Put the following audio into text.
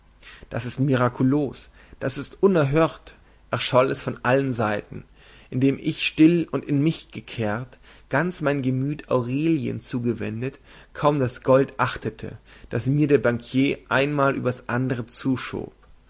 das ist mirakulos das ist unerhört erscholl es von allen seiten indem ich still und in mich gekehrt ganz mein gemüt aurelien zugewendet kaum das gold achtete das mir der bankier einmal übers andere zuschob